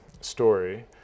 story